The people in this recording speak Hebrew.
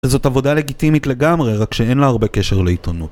וזאת עבודה לגיטימית לגמרי, רק שאין לה הרבה קשר לעיתונות.